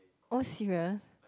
oh serious